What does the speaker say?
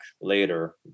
later